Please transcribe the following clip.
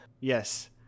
Yes